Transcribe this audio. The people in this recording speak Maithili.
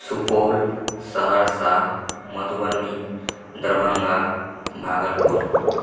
सुपौल सहरसा मधुबनी दरभङ्गा भागलपुर